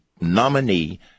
nominee